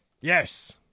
Yes